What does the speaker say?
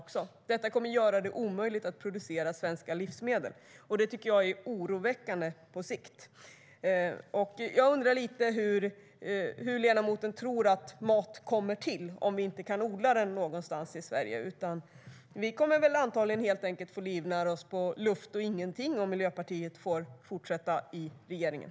Detta kommer att göra det omöjligt att producera svenska livsmedel. Det är oroväckande på sikt. Jag undrar hur ledamoten tror att mat produceras om vi inte kan odla den någonstans i Sverige? Vi kommer antagligen att få livnära oss på luft och ingenting om Miljöpartiet får fortsätta i regeringen.